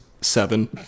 seven